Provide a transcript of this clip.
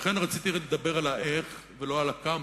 לכן רציתי רק לדבר על ה"איך" ולא על ה"כמה",